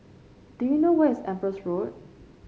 do you know where is Empress Road